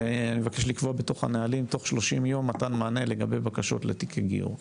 אני מבקש לקבוע בתוך הנהלים תוך 30 יום מתן מענה לגבי בקשות לתיקי גיור.